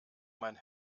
mein